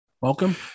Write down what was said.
Welcome